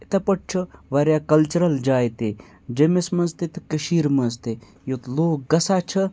یِتھَے پٲٹھۍ چھُ واریاہ کَلچرَل جایہِ تہِ جیٚمِس منٛز تہِ تہٕ کٔشیٖرِ منٛز تہِ یوٚت لوٗکھ گژھان چھِ